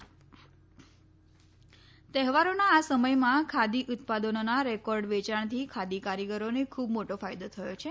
khadi festive sale તહેવારોના આ સમયમાં ખાદી ઉત્પાદનોના રેકોર્ડ વેયાણથી ખાદી કારીગરોને ખૂબ મોટો ફાયદો થયો છે